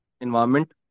environment